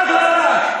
לעג לרש.